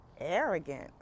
Arrogant